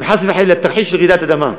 אם חס וחלילה, תרחיש של רעידת אדמה,